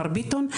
מר ביטון.